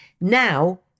Now